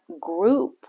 group